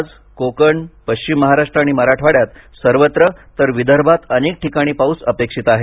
आज कोकण पश्चिम महाराष्ट्र आणि मराठवाड्यात सर्वत्र तर विदर्भात अनेक ठिकाणी पाऊस अपेक्षित आहे